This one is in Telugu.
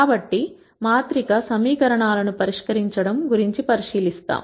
కాబట్టి మాత్రిక సమీకరణాలను పరిష్కరించడం గురించి పరిశీలిస్తాం